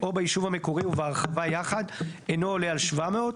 או ביישוב המקורי ובהרחבה יחד אינו עולה על 700,